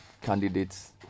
candidates